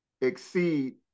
exceed